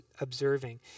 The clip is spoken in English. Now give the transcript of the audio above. observing